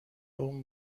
اون